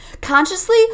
Consciously